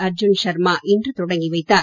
அர்ஜுன் ஷர்மா இன்று தொடக்கி வைத்தார்